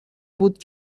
بود